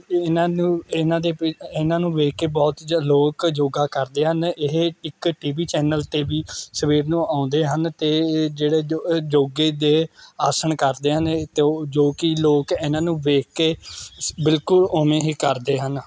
ਇਹ ਇਹਨਾਂ ਨੂੰ ਇਹਨਾਂ ਦੇ ਇਹਨਾਂ ਨੂੰ ਵੇਖ ਕੇ ਬਹੁਤ ਜ਼ਿ ਲੋਕ ਯੋਗਾ ਕਰਦੇ ਹਨ ਇਹ ਇੱਕ ਟੀ ਵੀ ਚੈਨਲ 'ਤੇ ਵੀ ਸਵੇਰ ਨੂੰ ਆਉਂਦੇ ਹਨ ਅਤੇ ਇਹ ਜਿਹੜੇ ਯੋ ਯੋਗੇ ਦੇ ਆਸਣ ਕਰਦੇ ਹਨ ਅਤੇ ਉਹ ਜੋ ਕਿ ਲੋਕ ਇਹਨਾਂ ਨੂੰ ਵੇਖ ਕੇ ਬਿਲਕੁਲ ਉਵੇਂ ਹੀ ਕਰਦੇ ਹਨ